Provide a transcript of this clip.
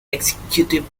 executive